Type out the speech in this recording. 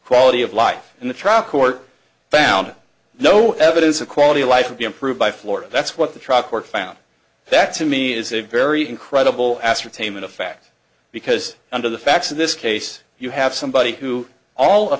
quality of life in the trial court found no evidence of quality life would be improved by florida that's what the truck court found that to me is a very incredible ascertainment a fact because under the facts of this case you have somebody who all of